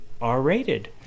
R-rated